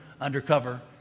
undercover